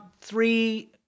three